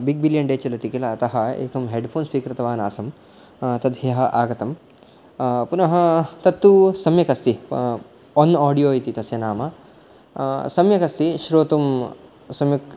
big billion day चलति किल अतः एकं हेड् फ़ोन् स्वीकृतवान् आसम् तत् ह्यः आगतं पुनः तत्तु सम्यक् अस्ति ओन् आडियो इति तस्य नाम सम्यक् अस्ति श्रोतुं सम्यक्